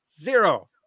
Zero